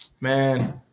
man